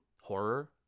horror